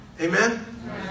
Amen